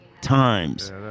times